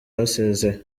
basezeye